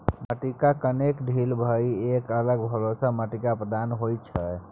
माटिक कणकेँ ढील भए कए अलग भेलासँ माटिक अपरदन होइत छै